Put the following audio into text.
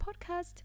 podcast